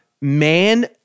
man